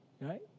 Right